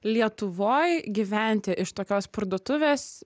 lietuvoj gyventi iš tokios parduotuvės